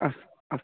अस्तु अस्तु